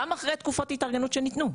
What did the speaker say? גם אחרי תקופות התארגנות שניתנו,